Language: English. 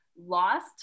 lost